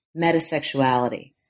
metasexuality